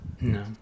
No